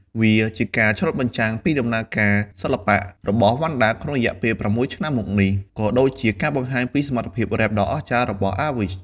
វាជាការឆ្លុះបញ្ចាំងពីដំណើរការសិល្បៈរបស់វណ្ណដាក្នុងរយៈពេល ៦ឆ្នាំមកនេះ ក៏ដូចជាការបង្ហាញពីសមត្ថភាពរ៉េបដ៏អស្ចារ្យរបស់ Awich។